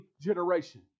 generation